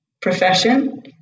profession